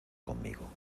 conmigo